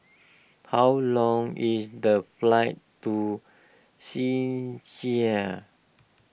how long is the flight to Czechia